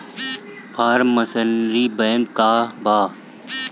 Form machinery bank का बा?